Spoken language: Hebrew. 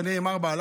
כנראה עם 4x4,